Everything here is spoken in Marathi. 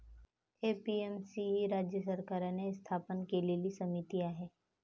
ए.पी.एम.सी ही राज्य सरकारने स्थापन केलेली समिती आहे